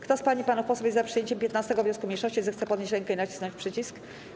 Kto z pań i panów posłów jest za przyjęciem 15. wniosku mniejszości, zechce podnieść rękę i nacisnąć przycisk.